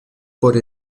por